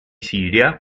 siria